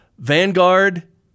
Vanguard